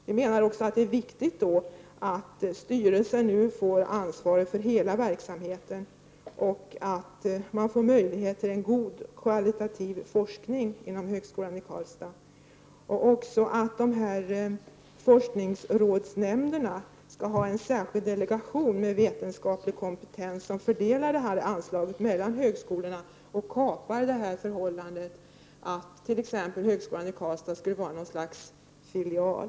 Vi menar också att det är viktigt att styrelsen får ansvaret för hela verksamheten och att man får möjlighet till en kvalitativ forskning inom högskolan i Karlstad. Vi anser också att forskningsrådsnämnderna skall ha en särskild delegation med vetenskaplig kompetens som fördelar anslagen mellan högskolorna och ändrar på förhållandet att högskolan i Karlstad skulle vara något slags filial.